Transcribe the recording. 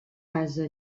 ase